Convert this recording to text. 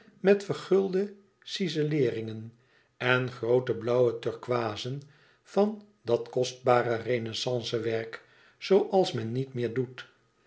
met vergulde cizeleeringen en groote blauwe turkooizen van dat kostbare renaissance werk zooals men niet meer doet